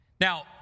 Now